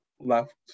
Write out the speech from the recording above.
left